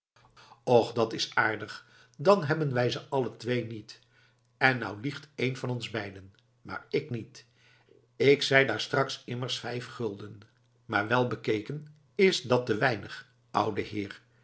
och dat's aardig dan hebben wij ze alle twee niet en nou liegt een van ons beiden maar ik niet k zei daar straks immers vijf gulden maar wel bekeken is dat te weinig oude heer